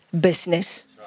business